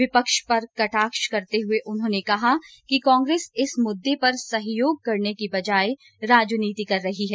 विपक्ष पर कटाक्ष करते हुए उन्होंने कहा कि कांग्रेस इस मुद्दे पर सहयोग करने की बजाय राजनीति कर रही है